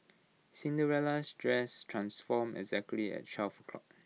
Cinderella's dress transformed exactly at twelve o'clock